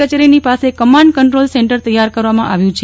કચેરીની પાસે command control centre તૈયાર કરવામાં આવ્યું છે